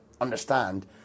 understand